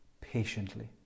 patiently